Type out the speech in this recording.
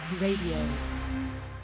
Radio